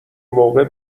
موقع